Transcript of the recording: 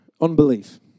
unbelief